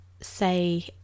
say